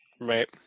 right